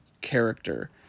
character